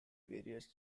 various